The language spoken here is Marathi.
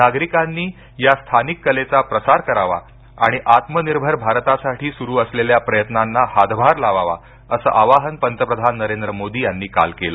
नागरिकांनी या स्थानिक कलेचा प्रसार करावा आणि आत्मनिर्भर भारतासाठी सुरू असलेल्या प्रयत्नांना हातभार लावावा असं आवाहन पंतप्रधान नरेंद्र मोदी यांनी काल केल